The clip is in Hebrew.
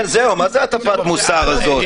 כן, מה זה הטפת המוסר הזאת?